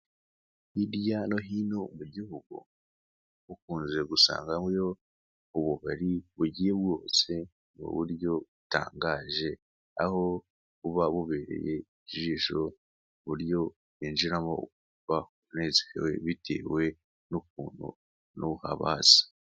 Hirya no hino mu gihugu mukunze gusangayo ububari bugiye bwubatse mu buryo butangaje aho buba bubereye, ijisho kuburyo winjiramo ukumva unezerewe bitewe n'ukuntu haba hasa.